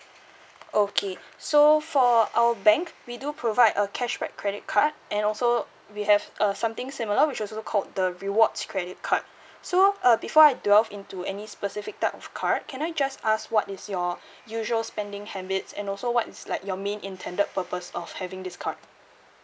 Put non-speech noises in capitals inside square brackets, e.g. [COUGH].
okay so for our bank we do provide a cashback credit card and also we have uh something similar which also called the rewards credit card [BREATH] so uh before I delve into any specific type of card can I just ask what is your [BREATH] usual spending habits and also what is like your main intended purpose of having this card